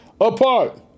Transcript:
apart